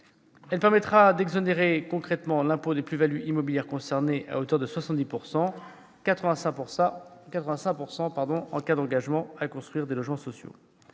mesure permettra d'exonérer d'impôt les plus-values immobilières concernées à hauteur de 70 %- de 85 % en cas d'engagement à construire des logements sociaux.